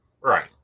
Right